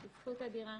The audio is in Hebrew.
זאת זכות אדירה,